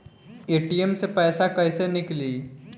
ATM से पैसा कैसे नीकली?